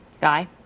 Guy